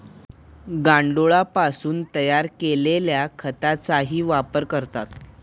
गांडुळापासून तयार केलेल्या खताचाही वापर करतात